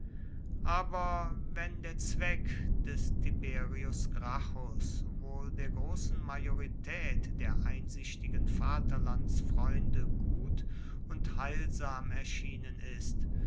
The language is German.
aber wenn der zweck des tiberius gracchus wohl der großen majorität der einsichtigen vaterlandsfreunde gut und heilsam erschienen ist